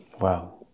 Wow